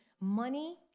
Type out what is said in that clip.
money